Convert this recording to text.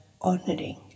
honoring